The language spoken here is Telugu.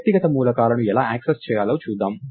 వ్యక్తిగత మూలకాలను ఎలా యాక్సెస్ చేయాలో చూద్దాం